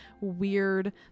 weird